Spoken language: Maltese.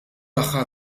aħħar